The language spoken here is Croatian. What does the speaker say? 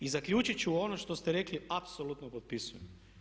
I zaključit ću ono što ste rekli apsolutno potpisujem.